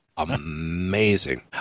Amazing